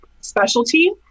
specialty